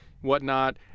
whatnot